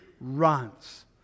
runs